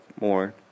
more